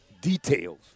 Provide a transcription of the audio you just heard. details